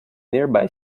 nearby